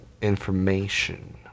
information